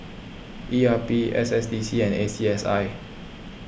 E R P S S D C and A C S I